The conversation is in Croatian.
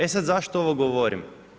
E sad zašto ovo govorim?